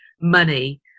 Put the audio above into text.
money